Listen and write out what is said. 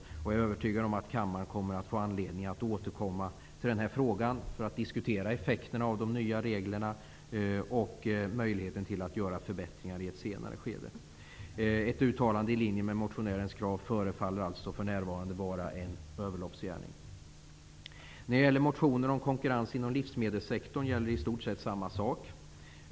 Jag är också övertygad om att kammaren i ett senare skede kommer att få anledning att återkomma till den här frågan för att diskutera effekterna av de nya reglerna och möjligheten att göra förbättringar. Ett uttalande i linje med motionärens krav förefaller alltså för närvarande vara en överloppsgärning. I fråga om motionen om konkurrens inom livsmedelssektorn gäller i stort sett samma sak.